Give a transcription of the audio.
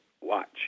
watch